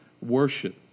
worship